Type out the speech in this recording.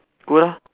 good lah